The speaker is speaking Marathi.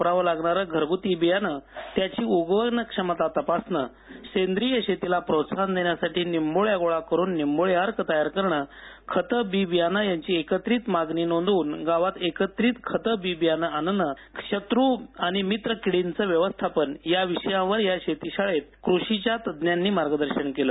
खरीप हंगामासाठी वापरावं लागणार घरगुती बियाणे त्याची उगवण क्षमता तपासणी सेंद्रिय शेतीला प्रोत्साहन देण्यासाठी निंबोळ्या गोळा करुन निंबोळी अर्क तयार करणे खते बी बियाणे यांची एकत्रित मागणी नोंदवून गावात एकत्रित खते बी बियाणे आणणे शत्रू मित्र किडींचे व्यवस्थापन या विषयांवर या शेतीशाळेत तालुका कृषी अधिकार्यां्सह कृषीच्या तज्ञांनी मार्गदर्शन केलं